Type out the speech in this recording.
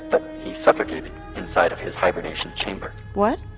but he suffocated inside of his hibernation chamber what?